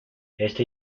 esta